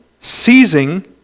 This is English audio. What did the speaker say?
seizing